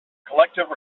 collective